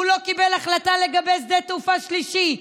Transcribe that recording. הוא לא קיבל החלטה לגבי שדה תעופה שלישי,